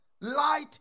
Light